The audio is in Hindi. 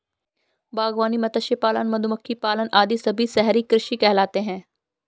बागवानी, मत्स्य पालन, मधुमक्खी पालन आदि सभी शहरी कृषि कहलाते हैं